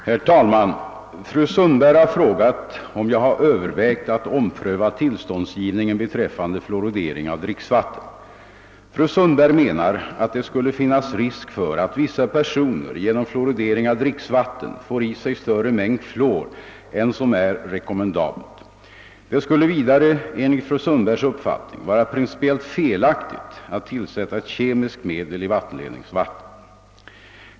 Herr talman! Fru Sundberg har frågat, om jag har övervägt att ompröva tillståndsgivningen beträffande fluoridering av dricksvatten. Fru Sundberg menar att det skulle finnas risk för att vissa personer genom fluoridering av dricksvatten får i sig större mängd fluor än som är rekommendabelt. Det skulle vidare enligt fru Sundbergs uppfattning vara principiellt felaktigt att tillsätta ett kemiskt medel i vattenledningsvattnet.